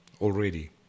already